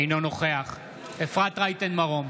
אינו נוכח אפרת רייטן מרום,